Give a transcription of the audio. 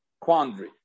quandary